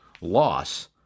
loss